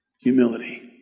Humility